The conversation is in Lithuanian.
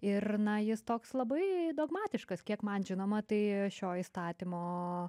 ir na jis toks labai dogmatiškas kiek man žinoma tai šio įstatymo